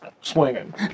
swinging